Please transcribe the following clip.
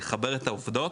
לחבר את העובדות,